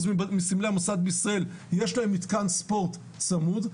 מסמלי המוסד בישראל יש להם מתקן בפורט צמוד,